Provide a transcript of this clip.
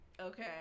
Okay